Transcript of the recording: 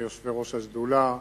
יושבי-ראש השדולה